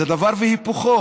זה דבר והיפוכו,